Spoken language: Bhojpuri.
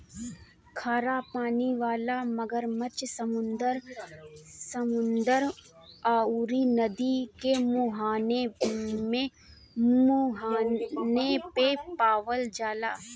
खरा पानी वाला मगरमच्छ समुंदर अउरी नदी के मुहाने पे पावल जाला